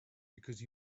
because